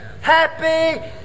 Happy